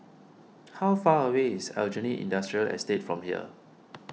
how far away is Aljunied Industrial Estate from here